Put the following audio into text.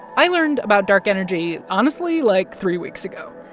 i learned about dark energy, honestly, like, three weeks ago.